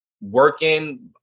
working